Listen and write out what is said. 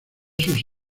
sus